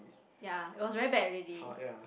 ya it was very bad already